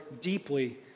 deeply